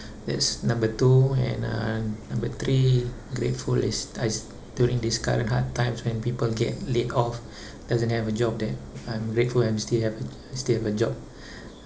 that's number two and uh number three grateful is I s~ during this current hard times when people get laid off doesn't have a job that I'm grateful I'm still have a still have a job